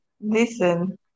Listen